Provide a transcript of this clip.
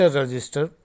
register